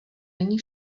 není